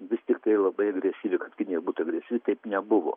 vis tiktai labai agresyvi kad kinija būtų agresyvi taip nebuvo